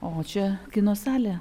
o čia kino salė